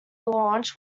launch